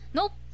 Nope